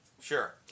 Sure